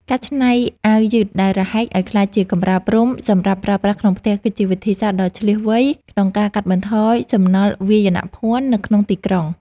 ការច្នៃអាវយឺតដែលរហែកឱ្យក្លាយជាកម្រាលព្រំសម្រាប់ប្រើប្រាស់ក្នុងផ្ទះ គឺជាវិធីសាស្ត្រដ៏ឈ្លាសវៃក្នុងការកាត់បន្ថយសំណល់វាយនភណ្ឌនៅក្នុងទីក្រុង។